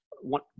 one